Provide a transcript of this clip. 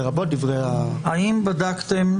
לרבות דברי --- האם בדקתם